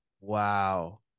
Wow